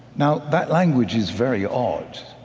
now that language is very odd.